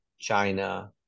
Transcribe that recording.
China